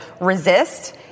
resist